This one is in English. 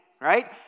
right